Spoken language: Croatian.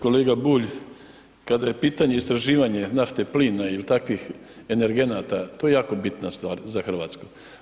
Kolega Bulj, kada je pitanje istraživanje nafte, plina ili takvih energenata, to je jako bitna stvar za Hrvatsku.